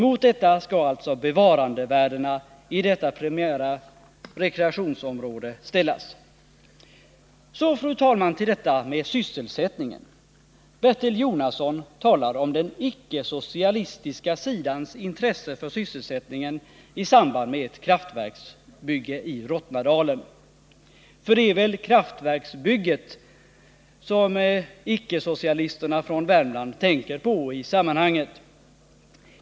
Mot detta skall alltså bevarandevärdena i detta primära rekreationsområde ställas. Så, fru talman, till detta med sysselsättningen. Bertil Jonasson talar om den icke-socialistiska sidans intresse för sysselsättningen i samband med ett kraftverksbygge i Rottnadalen. För det är väl kraftverksbygget som icke-socialisterna från Värmland tänker på i sammanhanget?